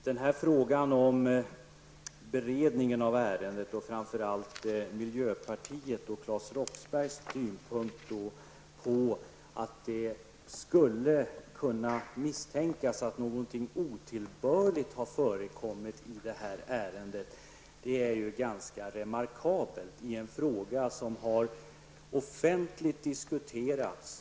Herr talman! Miljöpartiets och Claes Roxberghs synpunkt att det vid beredningen av ärendet skulle kunna misstänkas att någonting otillbörligt kan ha förekommit är ganska anmärkningsvärd. Denna fråga har diskuterats offentligt i 20-talet år.